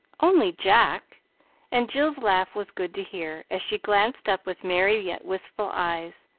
only jack and jill's laugh was good to hear, as she glanced up with merry, yet wistful eyes.